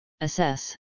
assess